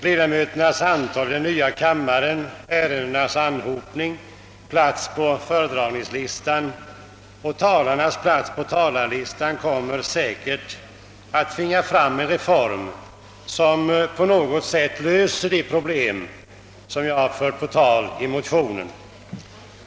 Ledamöternas antal i den nya kammaren, ärendenas anhopning och talarnas plats på talarlistan kommer säkerligen att tvinga fram en reform, som på något sätt löser det problem jag fört på tal i min motion.